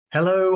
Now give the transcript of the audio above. Hello